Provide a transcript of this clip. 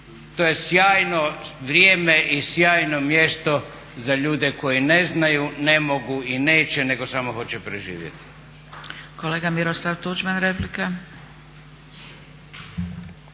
To je sjajno vrijeme i sjajno mjesto za ljude koji ne znaju, ne mogu i neće nego samo hoće preživjeti.